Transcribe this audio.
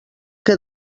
que